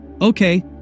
Okay